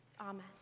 Amen